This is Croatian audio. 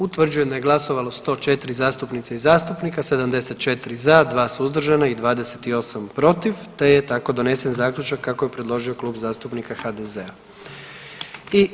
Utvrđujem da je glasovalo je 104 zastupnice i zastupnika, 74 za, 2 suzdržan i 28 protiv te je tako donesen zaključak kako je predložio Klub zastupnika HDZ-a.